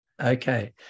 Okay